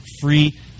free